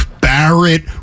Barrett